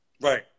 Right